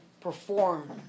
perform